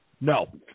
No